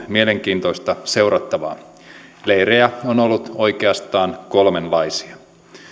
mielenkiintoista seurattavaa leirejä on ollut oikeastaan kolmenlaisia